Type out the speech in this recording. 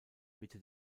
mitte